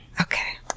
Okay